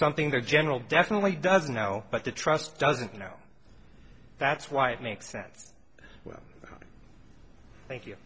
something their general definitely doesn't know but the trust doesn't know that's why it makes sense well thank you